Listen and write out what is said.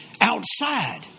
outside